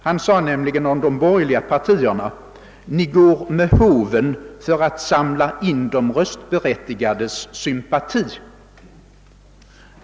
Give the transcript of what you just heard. Han sade nämligen om de borgerliga partierna: Ni går med håven för att samla in de röstberättigades sympati.